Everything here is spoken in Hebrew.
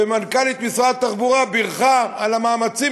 ומנכ"לית משרד התחבורה בירכה על המאמצים,